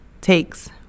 takes